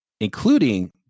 including